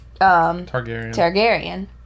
Targaryen